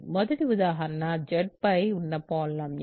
మొదటి ఉదాహరణ Z పై ఉన్న పాలినామియల్